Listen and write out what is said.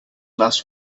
last